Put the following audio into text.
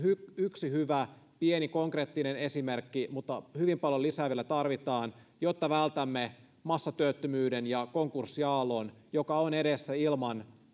yksi hyvä pieni konkreettinen esimerkki mutta hyvin paljon lisää vielä tarvitaan jotta vältämme massatyöttömyyden ja konkurssiaallon joka on edessä